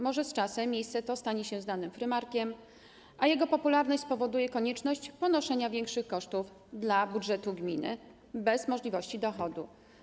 Może z czasem miejsce to stanie się znanym frymarkiem, a jego popularność spowoduje konieczność ponoszenia większych kosztów z budżetu gminy, bez możliwości uzyskania dochodu?